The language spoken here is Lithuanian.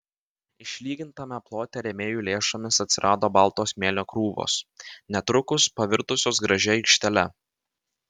išlygintame plote rėmėjų lėšomis atsirado balto smėlio krūvos netrukus pavirtusios gražia aikštele